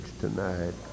tonight